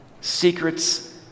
Secrets